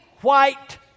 white